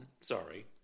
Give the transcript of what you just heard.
sorry